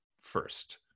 first